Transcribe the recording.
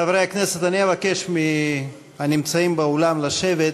חברי הכנסת, אני מבקש מהנמצאים באולם לשבת.